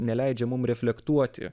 neleidžia mum reflektuoti